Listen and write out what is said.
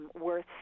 worth